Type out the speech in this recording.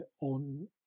on